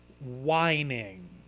whining